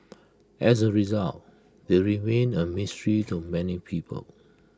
as A result they remain A mystery to many people